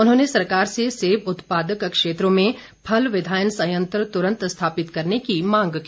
उन्होंने सरकार से सेब उत्पादक क्षेत्रों में फल विधायन संयंत्र तुरंत स्थापित करने की मांग की